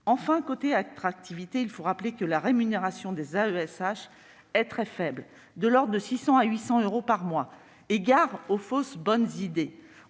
concerne l'attractivité, il faut rappeler que la rémunération des AESH est très faible, de l'ordre de 600 à 800 euros par mois. À cet égard, gare aux fausses bonnes idées